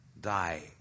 die